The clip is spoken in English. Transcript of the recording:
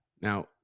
Now